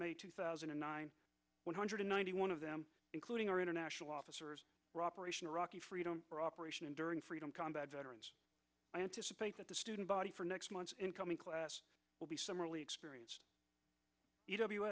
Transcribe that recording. in two thousand and nine one hundred ninety one of them including our international officers operation iraqi freedom for operation enduring freedom combat veterans i anticipate that the student body for next month's incoming class will be some early experience